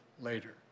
later